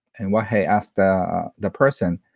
and wahei asked the the person,